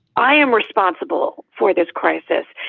i am responsible for this crisis.